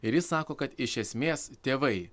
ir jis sako kad iš esmės tėvai